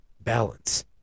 Balance